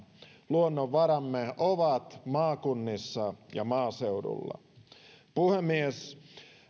luonnonvaramme ovat maakunnissa ja maaseudulla puhemies